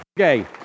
Okay